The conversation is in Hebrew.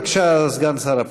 בבקשה, סגן שר הפנים.